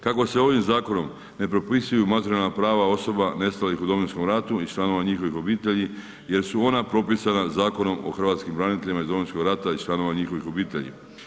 Kako se ovim zakonom ne propisuju materijalna prava osoba nestalih u Domovinskom ratu i članova njihovih obitelji jer su ona propisana Zakonom o hrvatskim braniteljima iz Domovinskog rata i članova njihovih obitelji.